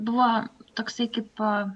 buvo toksai kaip